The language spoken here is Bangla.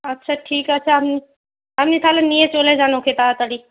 আচ্ছা ঠিক আছে আপনি আপনি তাহলে নিয়ে চলে যান ওকে তাড়াতাড়ি